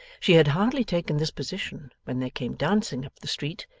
she had hardly taken this position, when there came dancing up the street,